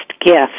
gift